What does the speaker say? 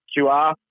QR